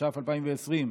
התש"ף 2020,